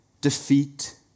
defeat